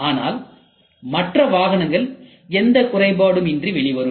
ஆனால் மற்ற வாகனங்கள் எந்த குறைபாடும் இன்றி வெளிவரும்